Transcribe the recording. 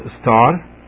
Star